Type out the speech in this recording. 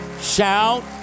shout